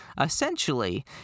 essentially